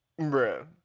Bruh